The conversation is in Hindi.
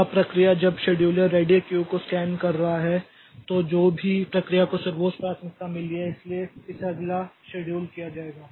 अब प्रक्रिया जब शेड्यूलर रेडी क्यू को स्कैन कर रहा है तो जो भी प्रक्रिया को सर्वोच्च प्राथमिकता मिली है इसलिए इसे अगला शेड्यूल किया जाएगा